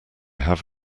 have